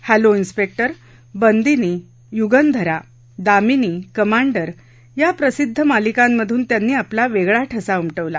hello inspector Bandini य्रांधरा Damini commander या प्रसिद्ध मालिकांमधून त्यांनी आपला वेगळा ठसा उमटवला